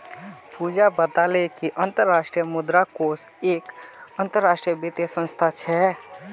पूजा बताले कि अंतर्राष्ट्रीय मुद्रा कोष एक अंतरराष्ट्रीय वित्तीय संस्थान छे